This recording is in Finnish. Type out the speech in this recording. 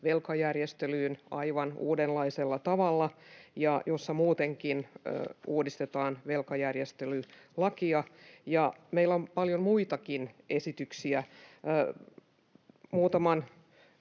velkajärjestelyyn aivan uudenlaisella tavalla ja jossa muutenkin uudistetaan velkajärjestelylakia. Meillä on paljon muitakin esityksiä.